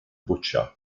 butcher